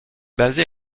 basé